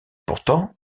pourtant